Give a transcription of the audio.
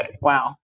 Wow